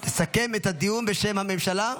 לסכם את הדיון בשם הממשלה.